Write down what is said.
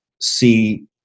see